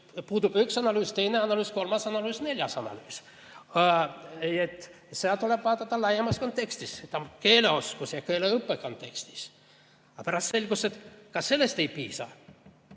puudub üks analüüs, teine analüüs, kolmas analüüs, neljas analüüs, seda tuleb vaadata laiemas kontekstis, keeleoskuse ja keeleõppe kontekstis. Aga pärast selgus, et ka sellest ei piisa,